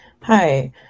Hi